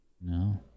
No